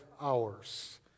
hours